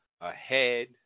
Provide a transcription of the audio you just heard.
ahead